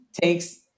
takes